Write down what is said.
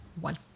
one